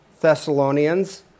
Thessalonians